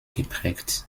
geprägt